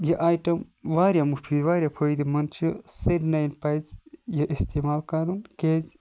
یہِ اَیٹَم واریاہ مُفیٖد واریاہ فٲیِدٕ مَنٛد چھُ سارنٕے پَز یہِ اِستعمال کَرُن کیاز